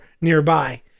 nearby